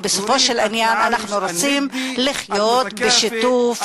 כי בסופו של דבר אנחנו רוצים לחיות בשיתוף,